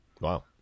Wow